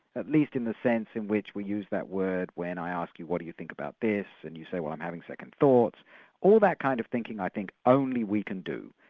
at least in the sense in which we use that word when i ask you, what do you think about this and you say, well, i'm having second thoughts' all that kind of thinking i think only we can do.